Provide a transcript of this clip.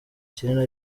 kinini